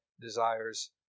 desires